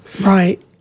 Right